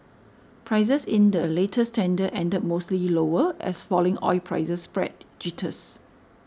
prices in the latest tender ended mostly lower as falling oil prices spread jitters